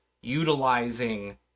utilizing